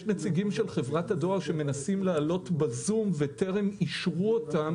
יש נציגים של חברת הדואר שמנסים לעלות ב-זום וטרם אישרו אותם.